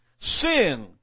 sin